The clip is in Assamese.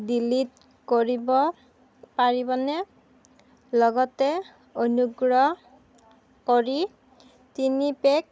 ডিলিট কৰিব পাৰিবনে লগতে অনুগ্ৰহ কৰি তিনি পেক